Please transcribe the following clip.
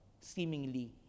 seemingly